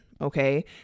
okay